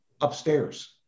upstairs